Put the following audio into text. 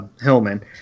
Hillman